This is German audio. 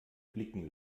blicken